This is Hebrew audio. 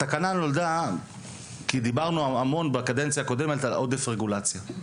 התקנה נולדה כי דיברנו המון בקדנציה הקודמת על עודף רגולציה.